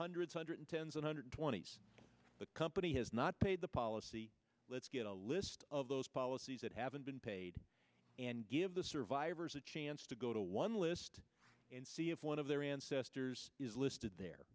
hundreds hundred ten one hundred twenty the company has not paid the policy let's get a list of those policies that haven't been paid and give the survivors a chance to go to one list and see if one of their ancestors is listed there